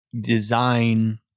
design